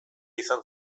izan